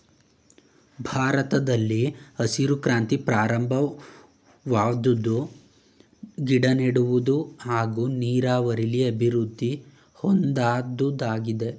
ಭಾರತದಲ್ಲಿ ಹಸಿರು ಕ್ರಾಂತಿ ಪ್ರಾರಂಭವಾದ್ವು ಗಿಡನೆಡುವುದು ಹಾಗೂ ನೀರಾವರಿಲಿ ಅಭಿವೃದ್ದಿ ಹೊಂದೋದಾಗಿದೆ